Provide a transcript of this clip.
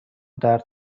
درد